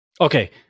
Okay